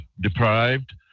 deprived